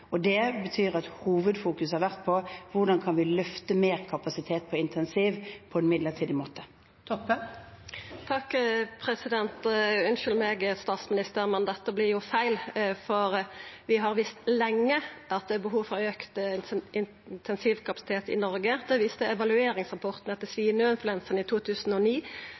Det betyr at hovedfokuset har vært på hvordan vi kan løfte intensivkapasiteten på en midlertidig måte. Kjersti Toppe – til oppfølgingsspørsmål. Unnskyld meg, statsminister, men dette blir feil. Vi har visst lenge at det er behov for auka intensivkapasitet i Noreg. Det viste evalueringsrapporten etter svineinfluensaen i 2009.